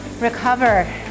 Recover